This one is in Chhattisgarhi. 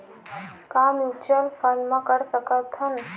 का म्यूच्यूअल फंड म कर सकत हन?